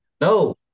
No